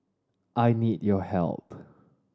I need your help